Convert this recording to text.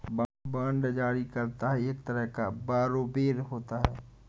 bond जारी करता एक तरह का बारोवेर होता है